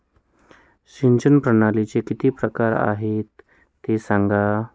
सिंचन प्रणालीचे किती प्रकार आहे ते सांगा